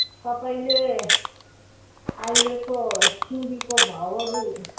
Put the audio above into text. तपाईँले अहिलेको सिमीको भाउहरू